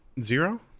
Zero